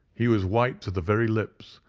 he was white to the very lips,